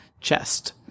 chest